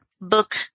book